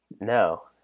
no